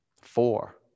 four